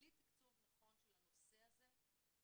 בלי תקצוב נכון של הנושא הזה אנחנו